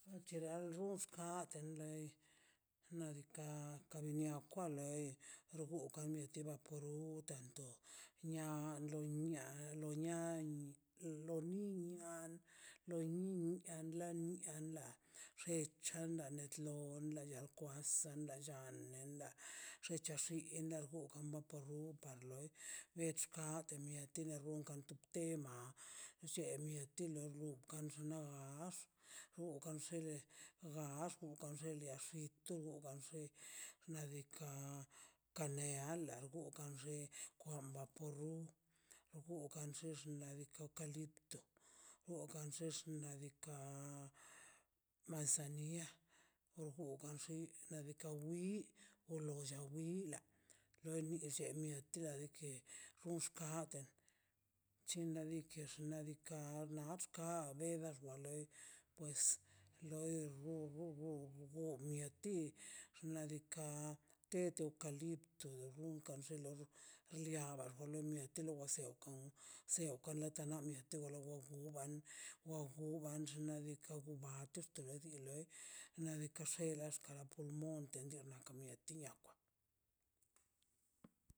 Urchera gun teatere nadika ka bin nia kwain lei lor gugan notean ban utanto no nia unia lo niain lo niniain lo niainnia la niaina xe chanla netlo na yel kwas ta llala en la xecha xinla rgungan napa ru panloi bech kaite biati nan run kantuptema lle mieti lo lo rgun kandtaax wkan xele gaax utan xele lia xi tubugan xi nadika ka niela la ukan xe kwan vapoxub xgugan kan she xladikan lipto wkagaxen nadika manzanilla no rgugan xi nadika wi o lo lla wila loi lle mie chnade ke wxkan ke chinladikers ladika nakzka beda xoa loi pues loi rgugu umieti xna' diika' te do ka lipto karunkan kanxe loi liaba to mieti lo ba se kon seoka laba ka kmieti loba ugaka bien ugugan xna' diika' gumatex do loi di loi nadika xelaix kara pulmon ka chin ka mieti na nakwa